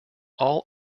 all